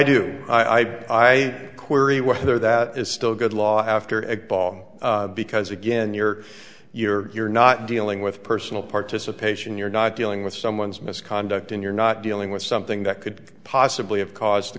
bomb i do i query whether that is still good law after a ball because again you're you're you're not dealing with personal participation you're not dealing with someone's misconduct and you're not dealing with something that could possibly have caused the